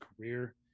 career